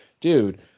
Dude